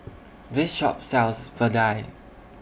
This Shop sells Vadai